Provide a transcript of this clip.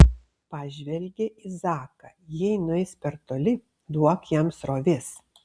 pažvelgė į zaką jei nueis per toli duok jam srovės